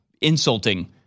insulting